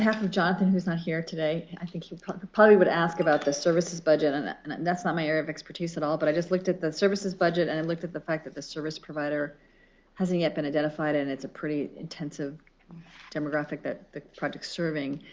jonathan, who is not here today, i think he probably probably would ask about the services budget. and and and that's not my area of expertise at all, but i just looked at the services budget. and i looked at the fact that the service provider hasn't yet been identified. and it's a pretty intensive demographic that the project's serving.